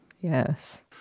Yes